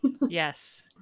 Yes